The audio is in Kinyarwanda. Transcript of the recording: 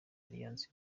alliance